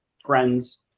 friends